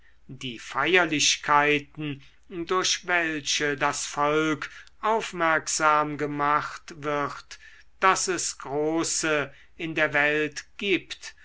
die feierlichkeiten durch welche das volk aufmerksam gemacht wird daß es große in der welt gibt